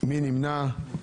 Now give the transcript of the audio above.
מי נמנע?